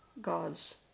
God's